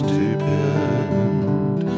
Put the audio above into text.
depend